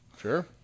Sure